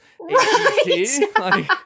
Right